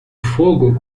fogo